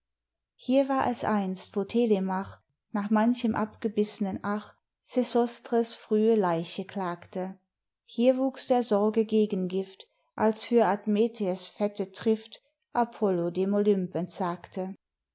hier war es einst wo telemach nach manchem abgebissnen ach sesostres frühe leiche klagte hier wuchs der sorge gegengift als für admetees fette trifft apollo dem olymp entsagte